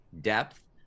depth